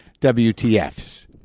WTFs